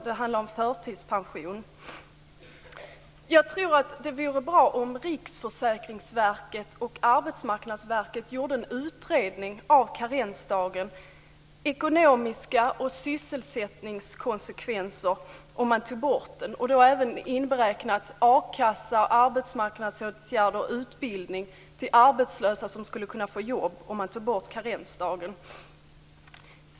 Det handlar om förtidspension. Jag tror att det vore bra om Riksförsäkringsverket och Arbetsmarknadsverket gjorde en utredning av karensdagen, av ekonomiska konsekvenser och sysselsättningskonsekvenser om man tog bort den. Man bör då även inberäkna a-kassa, arbetsmarknadsåtgärder och utbildning till arbetslösa som skulle kunna få jobb om man tog bort karensdagen.